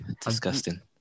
Disgusting